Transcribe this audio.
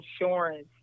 insurance